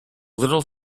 little